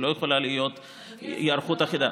היא לא יכולה להיות היערכות אחידה.